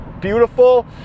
beautiful